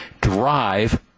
drive